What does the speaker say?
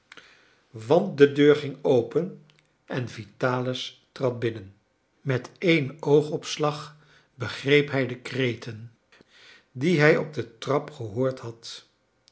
want de deur ging open en vitalis trad binnen met een oogopslag begreep hij de kreten die hij op de trap gehoord had